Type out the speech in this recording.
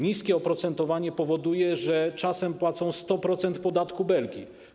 Niskie oprocentowanie powoduje, że czasem płacą 100% podatku Belki.